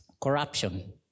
Corruption